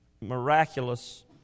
miraculous